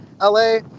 LA